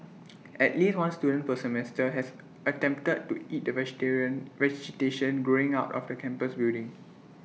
at least one student per semester has attempted to eat the vegetarian vegetation growing out of the campus building